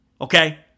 Okay